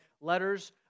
letters